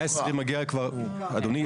אדוני,